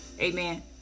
Amen